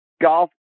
golf